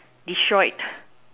destroyed